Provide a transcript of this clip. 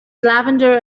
lavender